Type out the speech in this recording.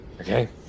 Okay